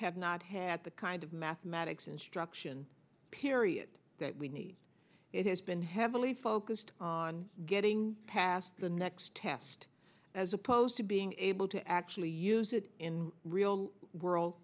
have not had the kind of mathematics instruction period that we need it has been heavily focused on getting past the next test as opposed to being able to actually use it in real world